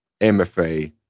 MFA